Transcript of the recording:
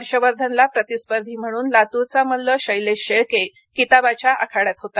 हर्षवर्धनला प्रतिस्पर्धी म्हणून लातुरचा मल्ल शैलेश शेळके किताबाच्या आखाड्यात होता